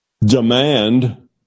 demand